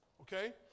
okay